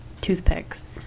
toothpicks